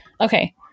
Okay